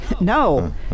no